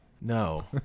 No